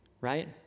Right